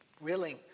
willing